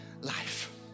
life